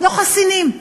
לא חסינים.